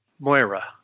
Moira